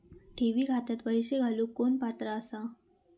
ठेवी खात्यात पैसे घालूक कोण पात्र आसा?